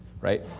right